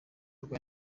rwa